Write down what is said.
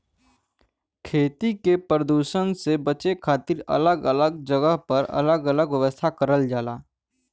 खेती के परदुसन से बचे के खातिर अलग अलग जगह पर अलग अलग व्यवस्था करल जाला